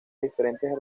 diferentes